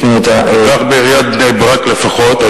משמרת פקח בעיריית בני-ברק לפחות,